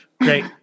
Great